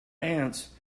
aunts